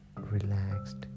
relaxed